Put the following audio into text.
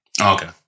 Okay